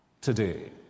today